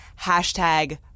hashtag